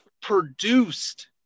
produced